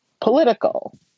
political